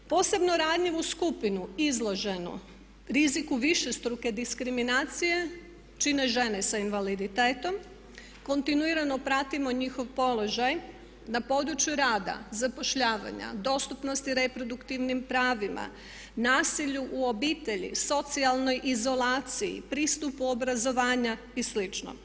Posebno ranjivu skupinu izloženu riziku višestruke diskriminacije čine žene sa invaliditetom, kontinuirano pratimo njihov položaj na području rada, zapošljavanja, dostupnosti reproduktivnim pravima, nasilju u obitelji, socijalnoj izolaciji, pristupu obrazovanju i slično.